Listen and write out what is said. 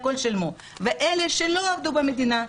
ואלה שלא עבדו במדינה,